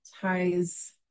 ties